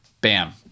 bam